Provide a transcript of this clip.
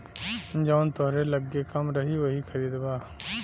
जवन तोहरे लग्गे कम रही वही खरीदबा